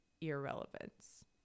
irrelevance